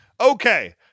Okay